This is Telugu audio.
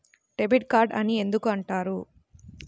డెబిట్ కార్డు అని ఎందుకు అంటారు?